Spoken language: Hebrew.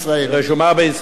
רשומה בישראל.